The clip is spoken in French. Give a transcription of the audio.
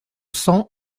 cents